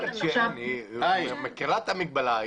הדרוזי -- אבל היא מכירה את המגבלה.